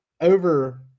over